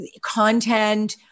content